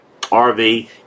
RV